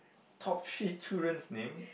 top three children's name